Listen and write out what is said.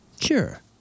Sure